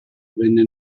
venne